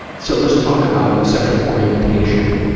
so let's talk about sexual orientation,